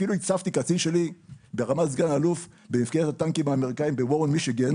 אפילו הצבתי קצין שלי ברמת סא"ל במפקדת הטנקים האמריקאית בוורן מישיגן